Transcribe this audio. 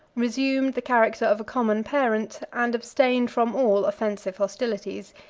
resumed the character of a common parent, and abstained from all offensive hostilities,